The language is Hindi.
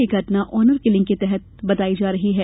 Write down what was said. यह घटना ऑनरकिलिंग के तहत हुई बताई जा रही है